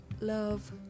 love